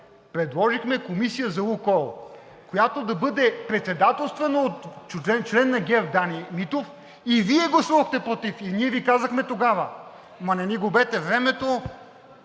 предложихме комисия за „Лукойл“, която да бъде председателствана от член на ГЕРБ – Дани Митов, и Вие гласувахте против, и ние Ви казахме тогава: ама не ни губете времето,